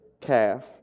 calf